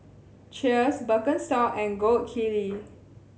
Cheers Birkenstock and Gold Kili